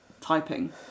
typing